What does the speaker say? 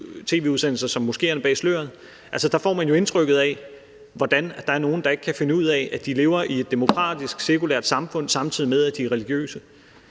dokumentarserien »Moskeerne bag sløret«. Altså, der får man jo indtrykket af, at der er nogen, der ikke kan finde ud af, at de lever i et demokratisk, sekulært samfund, samtidig med at de er religiøse.